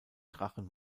drachen